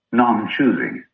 non-choosing